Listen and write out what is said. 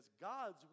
God's